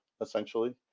essentially